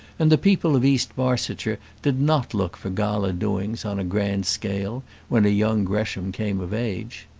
and the people of east barsetshire did not look for gala doings on a grand scale when young gresham came of age.